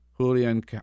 Julian